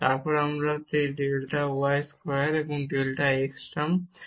তারপর আমরা এই delta y square delta x term পাবো